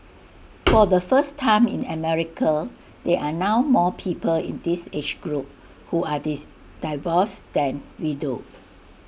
for the first time in America there are now more people in this age group who are this divorced than widowed